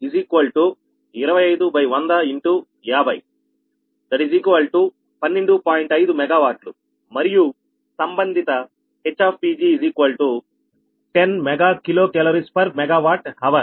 5 MW మరియు సంబంధిత HPg10 MkcalMWhr